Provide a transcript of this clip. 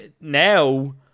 now